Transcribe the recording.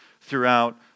throughout